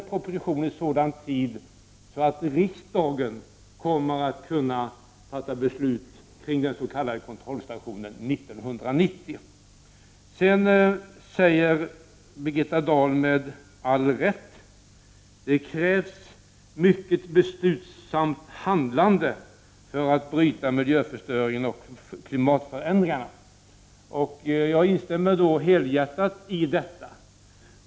Birgitta Dahl sade med all rätt att det krävs ett mycket beslutsamt handlande för att bryta miljöförstöringen och klimatförändringarna. Jag instämmer helhjärtat i detta.